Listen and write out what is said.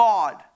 God